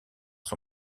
son